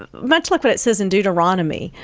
much like what it says in deuteronomy,